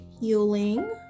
healing